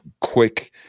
quick